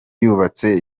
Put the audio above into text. yubatse